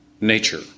nature